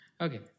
Okay